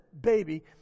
baby